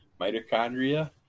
mitochondria